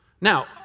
Now